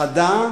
חדה,